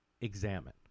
examine